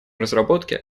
разработке